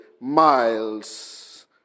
miles